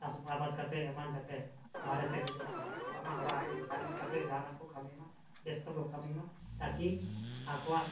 ᱪᱟᱥ ᱟᱵᱟᱫ ᱠᱟᱛᱮᱫ ᱮᱢᱟᱱ ᱠᱟᱛᱮ ᱵᱟᱦᱨᱮ ᱥᱮᱫ ᱫᱚ ᱡᱮᱢᱚᱱ ᱟᱞᱚᱠᱚ ᱪᱟᱞᱟᱜᱼᱢᱟ ᱚᱲᱟᱜ ᱨᱮᱜᱮ ᱫᱷᱮᱭᱟᱱ ᱠᱟᱛᱮ ᱡᱟᱦᱟᱱᱟᱜ ᱠᱚ ᱠᱟᱹᱢᱤᱢᱟ ᱵᱮᱥᱛᱮᱠᱚ ᱠᱟᱹᱢᱤᱢᱟ ᱛᱟᱠᱤ ᱟᱠᱚᱣᱟᱜ